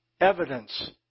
evidence